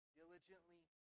diligently